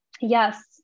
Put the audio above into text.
yes